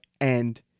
And-